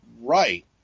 right